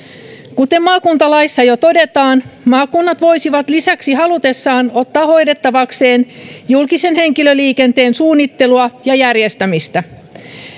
kuten maakuntalaissa jo todetaan maakunnat voisivat lisäksi halutessaan ottaa hoidettavakseen julkisen henkilöliikenteen suunnittelua ja järjestämistä